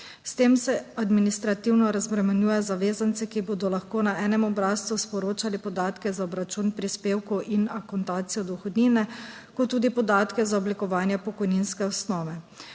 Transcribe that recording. S tem se administrativno razbremenjuje zavezance, ki bodo lahko na enem obrazcu sporočali podatke za obračun prispevkov in akontacijo dohodnine, kot tudi podatke za oblikovanje pokojninske osnove.